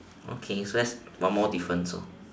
okay so let's one more difference so